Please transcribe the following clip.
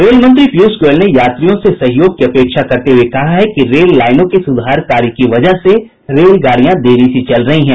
rail मंत्री पीयूष गोयल ने यात्रियों से सहयोग की अपेक्षा करते हुए कहा है कि रेल लाइनों के सुधार कार्य की वजह से रेलगाड़ियां देरी से चल रही हैं